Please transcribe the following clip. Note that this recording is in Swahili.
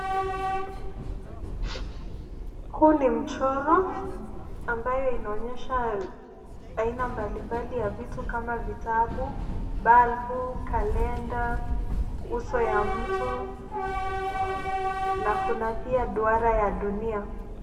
Huu ni mchoro ambayo inaonyesha aina mbalimbali ya vitu kama vitabu, bulb , kalenda ,uso ya mtu na kuna pia duara ya dunia.